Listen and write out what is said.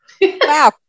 wow